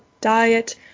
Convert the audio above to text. diet